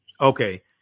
Okay